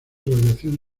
radiación